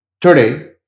Today